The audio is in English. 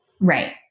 Right